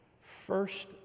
First